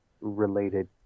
related